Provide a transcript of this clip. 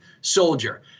soldier